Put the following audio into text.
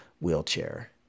wheelchair